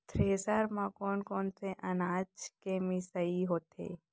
Thresher म कोन कोन से अनाज के मिसाई होथे?